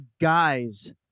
guys